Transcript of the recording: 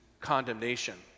condemnation